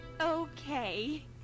okay